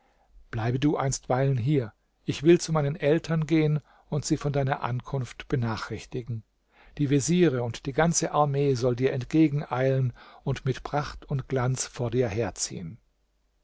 bleibe du einstweilen hier ich will zu meinen eltern gehen und sie von deiner ankunft benachrichtigen die veziere und die ganze armee sollen dir entgegeneilen und mit pracht und glanz vor dir herziehen